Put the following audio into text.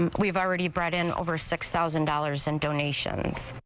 um we've already brought in over six thousand dollars in donations.